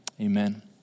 Amen